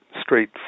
straight